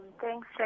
Thanks